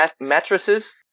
mattresses